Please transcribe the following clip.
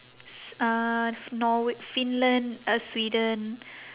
s~ uh norway finland uh sweden